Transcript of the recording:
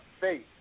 faith